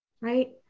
right